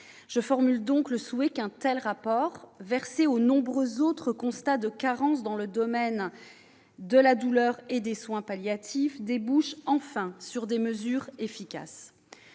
Je formule donc le souhait qu'un tel rapport, s'ajoutant aux nombreux autres constats de carence dans le domaine de la douleur et des soins palliatifs, débouche enfin sur des mesures efficaces.